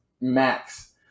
max